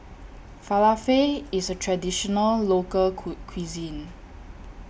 Falafel IS A Traditional Local Cool Cuisine